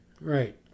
Right